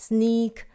Sneak